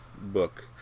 book